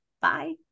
bye